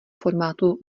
formátu